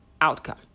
outcome